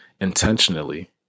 intentionally